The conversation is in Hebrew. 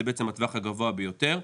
זה בעצם הטווח הגבוה ביותר.